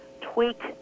tweak